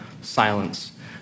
silence